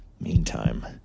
Meantime